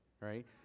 right